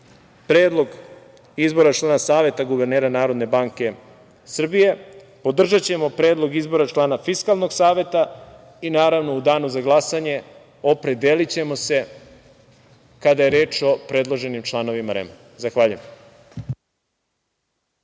Predlog izbora člana Saveta guvernera Narodne banke Srbije, podržaćemo Predlog izbora člana Fiskalnog saveta i naravno u danu za glasanje opredelićemo se kada je reč o predloženim članovima REM-a. Zahvaljujem.